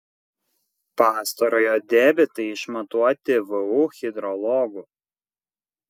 pastarojo debitai išmatuoti vu hidrologų